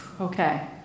Okay